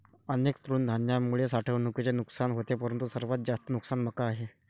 अनेक तृणधान्यांमुळे साठवणुकीचे नुकसान होते परंतु सर्वात जास्त नुकसान मका आहे